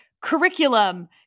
curriculum